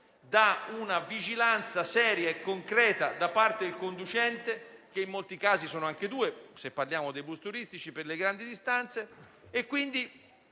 da una vigilanza seria e concreta da parte del conducente (e in molti casi sono anche in due, se parliamo dei bus turistici, per le grandi distanze).